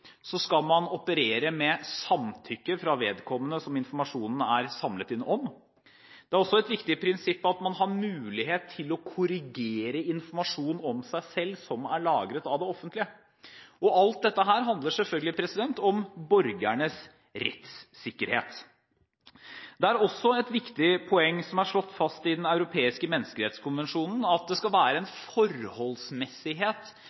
så langt som mulig skal operere med samtykke fra vedkommende som informasjonen er samlet inn om. Det er også et viktig prinsipp at man skal ha mulighet til å korrigere informasjon om seg selv som er lagret av det offentlige. Alt dette handler selvfølgelig om borgernes rettssikkerhet. Det er også et viktig poeng, som er slått fast i Den europeiske menneskerettskonvensjonen, at det skal være